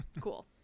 Cool